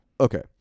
okay